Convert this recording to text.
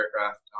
aircraft